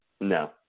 No